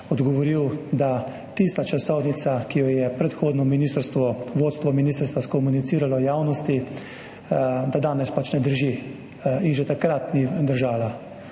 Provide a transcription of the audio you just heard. odgovoril, da tista časovnica, ki jo je predhodno vodstvo ministrstva skomuniciralo v javnosti, danes ne drži in že takrat ni držala